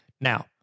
now